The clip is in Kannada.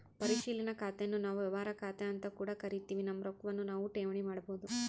ಪರಿಶೀಲನಾ ಖಾತೆನ್ನು ನಾವು ವ್ಯವಹಾರ ಖಾತೆಅಂತ ಕೂಡ ಕರಿತಿವಿ, ನಮ್ಮ ರೊಕ್ವನ್ನು ನಾವು ಠೇವಣಿ ಮಾಡಬೋದು